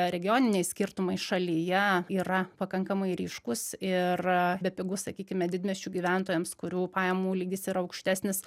regioniniai skirtumai šalyje yra pakankamai ryškūs ir bepigu sakykime didmiesčių gyventojams kurių pajamų lygis yra aukštesnis